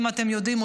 אם אתם יודעים,